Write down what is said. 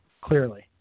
clearly